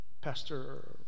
Pastor